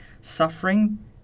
suffering